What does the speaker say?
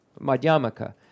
Madhyamaka